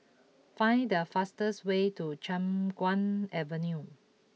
find the fastest way to Chiap Guan Avenue